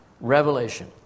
revelation